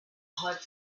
hot